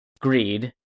greed